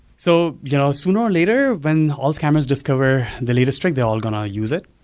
so you know sooner or later when all scammers discover the latest trick, they're all going to use it.